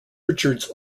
richards